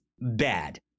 bad